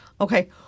Okay